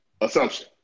assumption